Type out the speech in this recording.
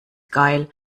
geil